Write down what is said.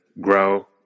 grow